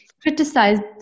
criticized